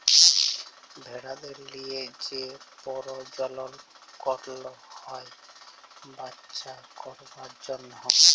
ভেড়াদের লিয়ে যে পরজলল করল হ্যয় বাচ্চা করবার জনহ